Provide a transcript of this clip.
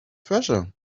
treasure